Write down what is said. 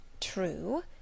True